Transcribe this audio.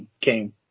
came